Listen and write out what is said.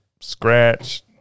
scratch